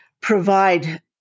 provide